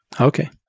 Okay